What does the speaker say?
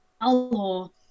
Hello